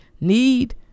need